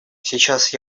сейчас